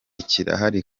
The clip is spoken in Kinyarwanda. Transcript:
kirahari